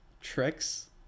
Tricks